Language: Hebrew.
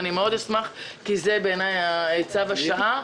מאד אשמח, כי זה בעיני צו השעה.